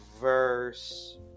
Verse